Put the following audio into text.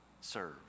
Serve